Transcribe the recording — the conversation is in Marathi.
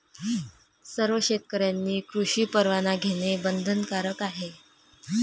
सर्व शेतकऱ्यांनी कृषी परवाना घेणे बंधनकारक आहे